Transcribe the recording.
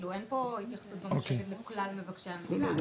אין פה התייחסות לכלל מבקשי המדינה?